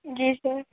जी sir